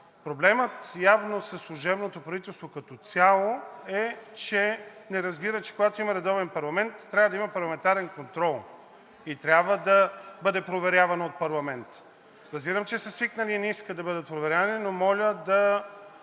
проблемът със служебното правителството като цяло е, че не разбират, че когато има редовен парламент, трябва да има парламентарен контрол и трябва да бъде проверявано от парламента. Разбирам, че са свикнали и не искат да бъдат проверявани, но моля от